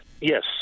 Yes